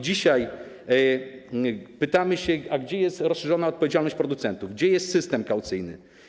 Dzisiaj pytamy, gdzie jest rozszerzona odpowiedzialność producentów, gdzie jest system kaucyjny.